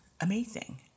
amazing